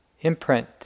imprint